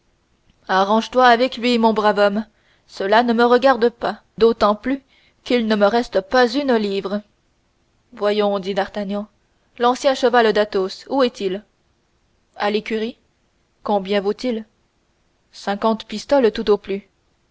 arrange-toi avec lui mon brave homme cela ne me regarde pas d'autant plus qu'il ne me reste pas une livre voyons dit d'artagnan l'ancien cheval d'athos où est-il à l'écurie combien vaut-il cinquante pistoles tout au plus